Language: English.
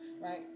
right